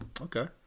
okay